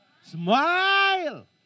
Smile